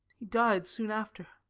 he died soon after.